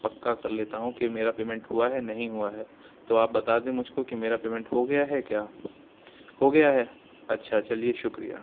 پکا کر لیتا ہوں کہ میرا پیمنٹ ہوا ہے نہیں ہوا ہے تو آپ بتا دیں مجھ کو کہ میرا پیمنٹ ہو گیا ہے کیا ہو گیا ہے اچھا چلیے شکریہ